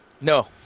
No